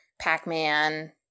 Pac-Man